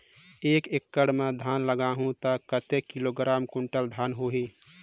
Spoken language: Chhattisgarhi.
एक एकड़ मां धान लगाहु ता कतेक किलोग्राम कुंटल धान होही?